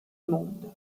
monde